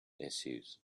issues